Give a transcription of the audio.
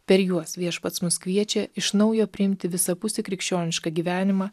per juos viešpats mus kviečia iš naujo priimti visapusį krikščionišką gyvenimą